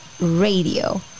radio